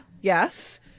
yes